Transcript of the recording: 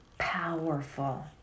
powerful